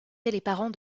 étaient